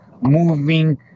moving